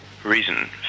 Reason